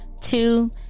two